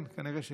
כן, נראה שכן.